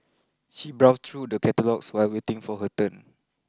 she browsed through the catalogues while waiting for her turn